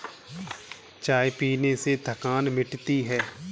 चाय पीने से थकान मिटती है